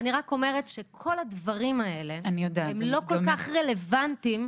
אני רק אומרת שכל הדברים האלה הם לא כל כך רלוונטיים.